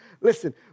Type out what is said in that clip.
Listen